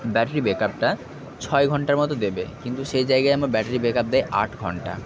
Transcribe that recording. battery ব্যাকআপটা ছয় ঘন্টার মতো দেবে কিন্তু সেই জায়গায় আমার ব্যাটারি ব্যাকআপ দেয় আট ঘন্টা